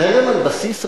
חרם על בסיס רעיוני,